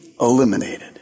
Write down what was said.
eliminated